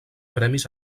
premis